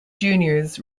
juniors